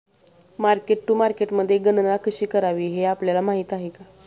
Mark to मार्केटमध्ये गणना कशी करावी हे आपल्याला माहित आहे का?